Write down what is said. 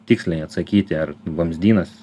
tiksliai atsakyti ar vamzdynas